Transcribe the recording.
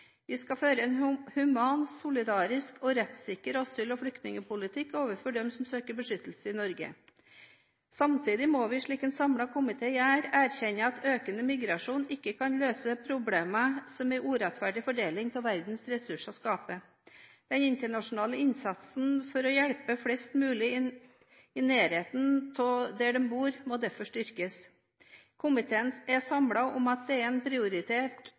Vi skal føre en human, solidarisk og rettssikker asyl- og flyktningpolitikk overfor dem som søker beskyttelse i Norge. Samtidig må vi, slik en samlet komité gjør, erkjenne at økende migrasjon ikke kan løse problemene som en urettferdig fordeling av verdens ressurser skaper. Den internasjonale innsatsen for å hjelpe flest mulig i nærheten av der de bor, må derfor styrkes. Komiteen er samlet om at det er en